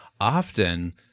Often